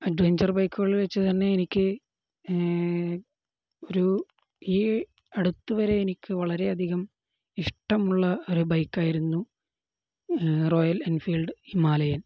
adventure ബൈക്കുകളില്വച്ച് തന്നെ എനിക്ക് ഒരു ഈ അടുത്തുവരെ എനിക്കു വളരെയധികം ഇഷ്ടമുള്ള ഒരു ബൈക്കായിരുന്നു റോയൽ എൻഫീൽഡ് ഹിമാലയൻ